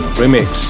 remix